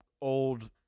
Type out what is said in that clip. old